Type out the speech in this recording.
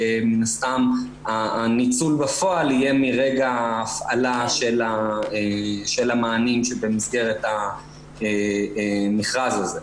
שמן הסתם הניצול בפועל יהיה מרגע ההפעלה של המענים שבמסגרת המכרז הזה.